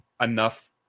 enough